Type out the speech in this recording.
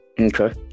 okay